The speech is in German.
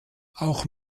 auch